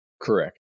Correct